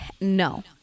no